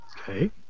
Okay